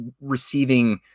receiving